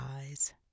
eyes